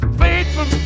faithful